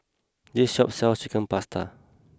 this shop sells Chicken Pasta